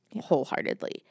wholeheartedly